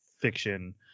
fiction